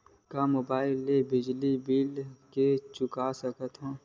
का मुबाइल ले बिजली के बिल चुका सकथव?